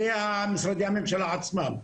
זה משרדי הממשלה עצמם.